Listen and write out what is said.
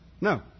No